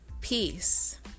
peace